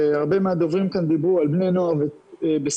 והרבה מהדוברים כאן דיברו על בני נוער בסיכון,